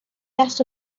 است